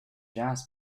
jazz